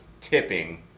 tipping